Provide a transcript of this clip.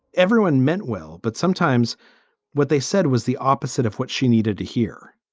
everyone meant well, but sometimes what they said was the opposite of what she needed to hear